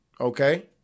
okay